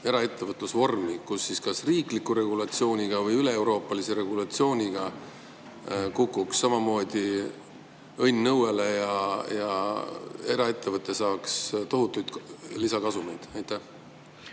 eraettevõtlusvormi, kus siis kas riikliku regulatsiooniga või üleeuroopalise regulatsiooniga kukuks samamoodi õnn õuele ja eraettevõte saaks tohutuid lisakasumeid. Suur